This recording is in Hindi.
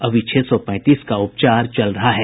अभी छह सौ पैंतीस का उपचार चल रहा है